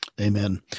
Amen